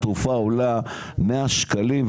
התרופה עולה 100 שקלים,